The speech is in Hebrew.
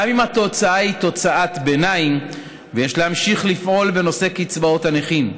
גם אם התוצאה היא תוצאת ביניים ויש להמשיך ולפעול בנושא קצבאות הנכים,